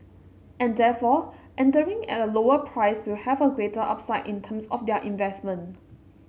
and therefore entering at a lower price will have a greater upside in terms of their investment